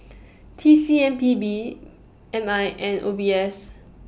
T C M P B M I and O B S